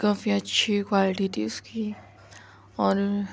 کافی اچھی کوالٹی تھی اس کی اور